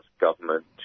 government